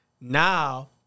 Now